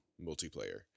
multiplayer